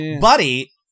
buddy